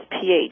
pH